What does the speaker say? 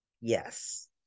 Yes